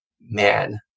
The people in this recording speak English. man